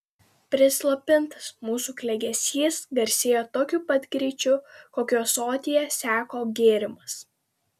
prislopintas mūsų klegesys garsėjo tokiu pat greičiu kokiu ąsotyje seko gėrimas